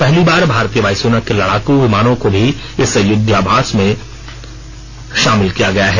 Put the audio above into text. पहली बार भारतीय वायुसेना के लड़ाकू विमानों को भी इस युद्धाभ्यास में शामिल किया गया है